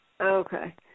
Okay